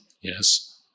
yes